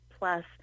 Plus